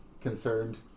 concerned